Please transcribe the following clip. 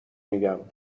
میگم